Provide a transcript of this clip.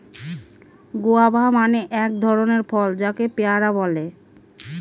guava মানে এক ধরনের ফল যাকে পেয়ারা বলে